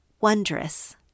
wondrous